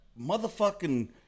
motherfucking